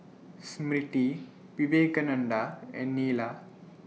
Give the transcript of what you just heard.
Smriti Vivekananda and Neila